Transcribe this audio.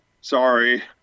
Sorry